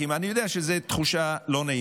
ואני יודע שזו תחושה לא נעימה.